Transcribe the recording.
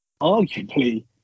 arguably